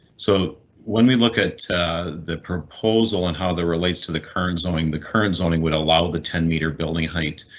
so when we look at the proposal and how that relates to the current zoning, the current zoning would allow the ten meter building height.